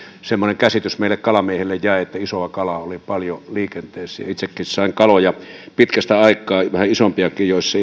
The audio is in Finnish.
semmoinen käsitys meille kalamiehille jäi että isoa kalaa oli paljon liikenteessä itsekin sain kaloja pitkästä aikaa vähän isompiakin joissa